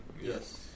Yes